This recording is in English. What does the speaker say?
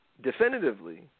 definitively